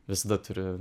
visada turi